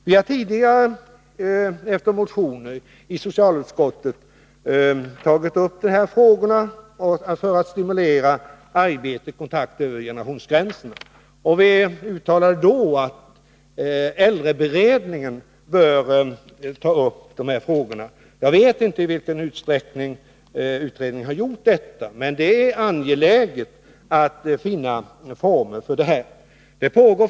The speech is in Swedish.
Vi har tidigare, efter motioner, i socialutskottet tagit upp dessa frågor för att stimulera arbete och kontakt över generationsgränserna. Vi uttalade då att äldreberedningen bör ta upp dessa frågor. Jag vet inte i vilken utsträckning utredningen har gjort det, men det är angeläget att finna former för denna gemenskap.